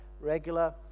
regular